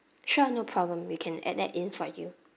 sure no problem we can add that in for you